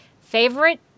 favorite